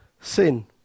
sin